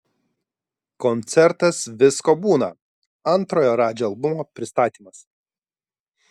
koncertas visko būna antrojo radži albumo pristatymas